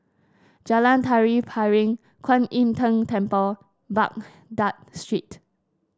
Jalan Tari Piring Kwan Im Tng Temple Baghdad Street